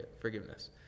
forgiveness